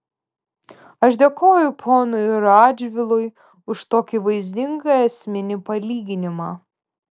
aš dėkoju ponui radžvilui už tokį vaizdingą esminį palyginimą